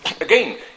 again